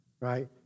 right